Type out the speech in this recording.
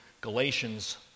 Galatians